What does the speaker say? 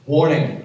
Warning